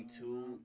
two